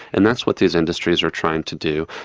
and that's what these industries are trying to do.